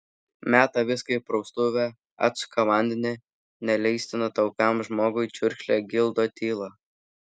meta viską į praustuvę atsuka vandenį neleistina taupiam žmogui čiurkšlė gildo tylą